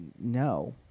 no